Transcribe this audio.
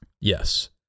Yes